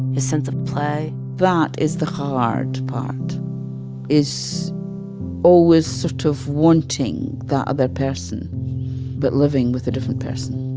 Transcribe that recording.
his sense of play that is the hard part is always sort of wanting the other person but living with a different person